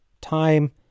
Time